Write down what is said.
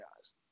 guys